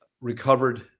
recovered